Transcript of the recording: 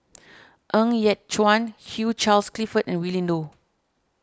Ng Yat Chuan Hugh Charles Clifford and Willin Low